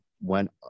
went